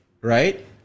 Right